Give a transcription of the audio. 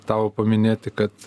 tavo paminėti kad